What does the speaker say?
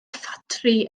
ffatri